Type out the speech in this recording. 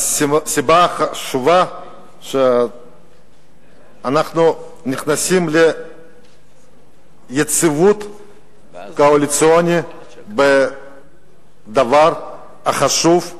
הסיבה החשובה שאנחנו נכנסים ליציבות קואליציונית בדבר החשוב,